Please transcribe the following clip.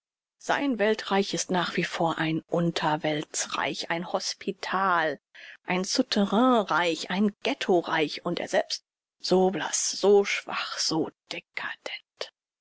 sein weltreich ist nach wie vor ein unterwelts reich ein hospital ein souterrain reich ein ghetto reich und er selbst so blaß so schwach so